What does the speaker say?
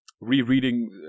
rereading